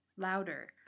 louder